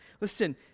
Listen